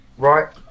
Right